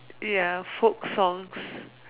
ya folk songs